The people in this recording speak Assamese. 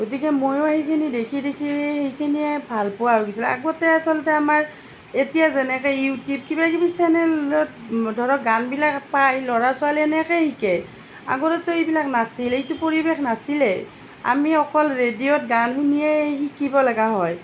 গতিকে মইও সেইখিনি দেখি দেখি সেইখিনিয়ে ভাল পোৱা হৈছিলোঁ আগতে আচলতে আমাৰ এতিয়া যেনেকে ইউটিউব কিবাকিবি চেনেলত ধৰক গানবিলাক পাই ল'ৰা ছোৱালী সেনেকে শিকে আগতেটো এইবিলাক নাছিল সেইটো পৰিৱেশ নাছিলে আমি অকল ৰেডিঅ'ত গান শুনিয়েই শিকিব লগা হয়